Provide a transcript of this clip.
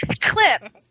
Clip